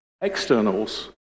externals